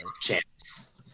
Chance